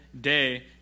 day